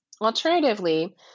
Alternatively